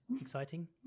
exciting